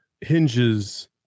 hinges